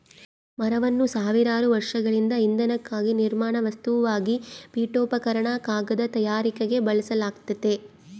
ಮರವನ್ನು ಸಾವಿರಾರು ವರ್ಷಗಳಿಂದ ಇಂಧನಕ್ಕಾಗಿ ನಿರ್ಮಾಣ ವಸ್ತುವಾಗಿ ಪೀಠೋಪಕರಣ ಕಾಗದ ತಯಾರಿಕೆಗೆ ಬಳಸಲಾಗ್ತತೆ